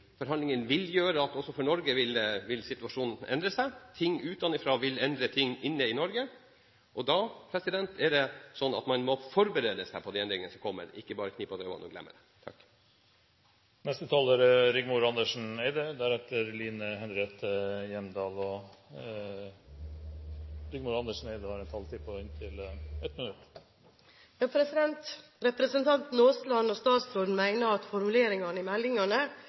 vil føre til at også for Norge vil situasjonen endre seg. Forhold utenfra vil endre forhold i Norge. Da må man forberede seg på de endringene som kommer, ikke bare knipe igjen øynene og glemme det. Representanten Rigmor Andersen Eide har hatt ordet to ganger tidligere og får ordet til en kort merknad, begrenset til 1 minutt. Representanten Aasland og statsråden mener at formuleringene i